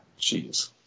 Jeez